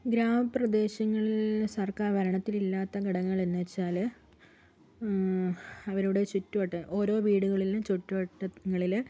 ഗ്രാമപ്രദേശങ്ങളിൽ സർക്കാർ ഭരണത്തിൽ ഇല്ലാത്ത ഘടകങ്ങൾ എന്നുവെച്ചാൽ അവരുടെ ചുറ്റുവട്ടം ഓരോ വീടുകളിലും ചുറ്റുവട്ടങ്ങളിൽ